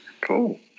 Cool